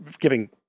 giving